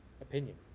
opinion